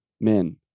men